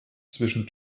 zwischen